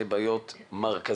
לשתי בעיות מרכזיות: